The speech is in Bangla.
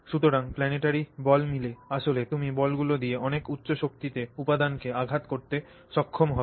সুতরাং planetary ball mill এ আসলে তুমি বলগুলি দিয়ে অনেক উচ্চ শক্তিতে উপাদানকে আঘাত করতে সক্ষম হবে